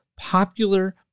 popular